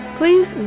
please